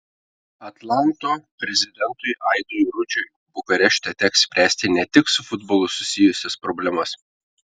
atlanto prezidentui aidui rudžiui bukarešte teks spręsti ne tik su futbolu susijusias problemas